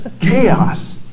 chaos